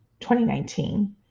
2019